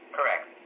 Correct